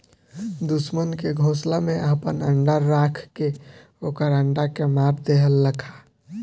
दुश्मन के घोसला में आपन अंडा राख के ओकर अंडा के मार देहलखा